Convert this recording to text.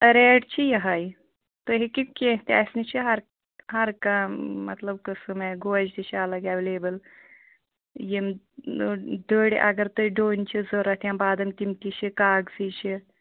rate چھِ یِہَے تُہۍ ہیٚکِو کیٚنٛہہ تہِ اَسہِ نِش چھِ ہر ہر کانٛہہ مطلب قٕسم آ گوجہِ تہِ چھِ الگ ایٚویلیبُل یِم دٔرۍ اَگر تُہۍ ڈۄنۍ چھِ ضروٗرت یا بادام تِم تہِ چھِ کاغذی چھِ